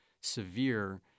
severe